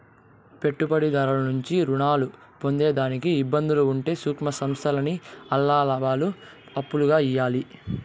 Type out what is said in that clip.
పెట్టుబడిదారుల నుంచి రుణాలు పొందేదానికి ఇబ్బందులు ఉంటే సూక్ష్మ సంస్థల్కి ఆల్ల లాబాలు అప్పుగా ఇయ్యాల్ల